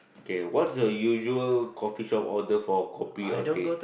K what's the usual coffee shop order for kopi or teh